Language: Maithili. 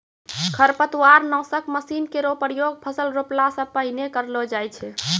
खरपतवार नासक मसीन केरो प्रयोग फसल रोपला सें पहिने करलो जाय छै